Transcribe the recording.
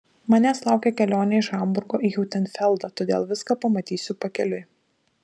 manęs laukia kelionė iš hamburgo į hiutenfeldą todėl viską pamatysiu pakeliui